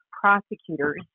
prosecutors